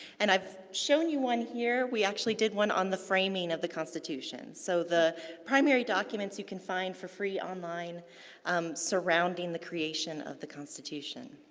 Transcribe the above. and, i've showed you one here, we actually did one on the framing of the constitution. so, the primary documents you can find for free online surrounding the creation of the constitution.